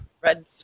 Red